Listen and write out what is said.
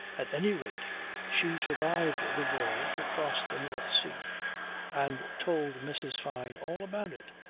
at any rate she survived the voyage across the north sea and told mrs. fyne all about it,